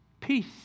peace